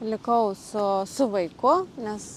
likau su su vaiku nes